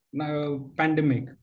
pandemic